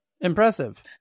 impressive